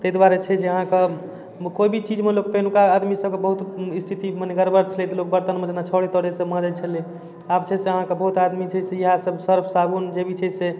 ताहि दुआरे छै जे अहाँके कोइ भी चीजमे लोक पहिनुका आदमीसभके बहुत स्थिति मने गड़बड़ छलै तऽ लोक बरतन मँजनाय छाउरे ताउरेसँ माँजै छलय आब छै से अहाँके बहुत आदमी छै से इएहसभ सर्फ साबुन जे भी छै से